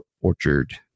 orchard